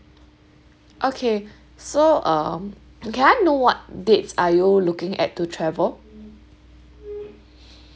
okay so um can I know what dates are you looking at to travel